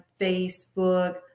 Facebook